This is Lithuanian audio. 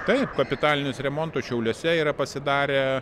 taip kapitalinius remontus šiauliuose yra pasidarę